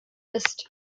ist